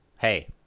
hey